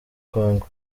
congo